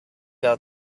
out